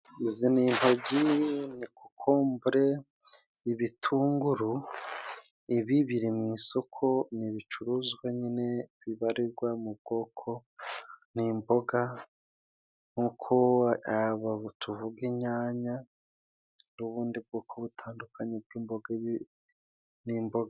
Izi ni intoryi, ni kokombure, ibitunguru, ibi biri mu isoko, ni ibicuruzwa nyine bibarirwa mu bwoko, ni imboga nk'uko tuvuga inyanya n'ubundi bwoko butandukanye bw'imboga, ibi ni imboga.